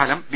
ഫലം ബി